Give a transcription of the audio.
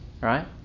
right